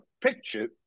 picture